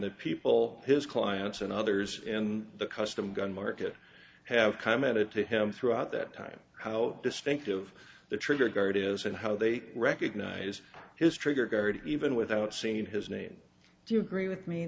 the people his clients and others in the custom gun market have commented to him throughout that time how distinctive the trigger guard is and how they recognize his trigger guard even without seeing his name do you agree with me